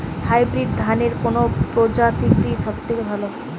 Hybrid ধানের কোন প্রজীতিটি সবথেকে ভালো?